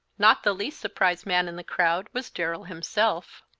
not the least surprised man in the crowd was darrell himself.